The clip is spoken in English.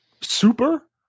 super